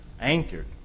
anchored